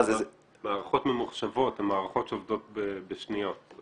המערכות הממוחשבות הן מערכות שעובדות בשניות.